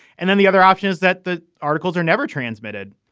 and then the other option is that the articles are never transmitted,